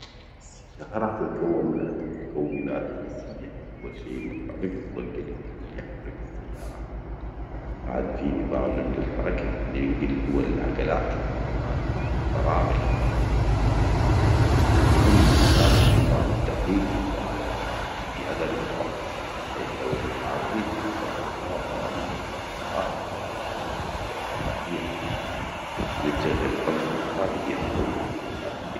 السيارة تتكون من عدة مكونات رئيسية، أول شيء المحرك هو القلب اللي يحرك السيارة، بعد في نظام نقل الحركة اللي ينجل الجوة للعجلات، وكمان نظام الفرامل مهم للسلامة، ونظام التعليق يساعد على راحة القيادة، بالإضافة في الهيكل الخارجي اللي يحمي الركاب، والأجهزة الكهربائية مثل البطاريات والمصابيح اللي تشغل الأنظمة، هذه هي المكونات الأساسية.